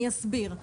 אני אסביר.